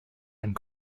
and